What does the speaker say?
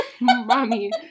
mommy